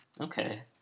Okay